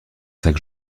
sac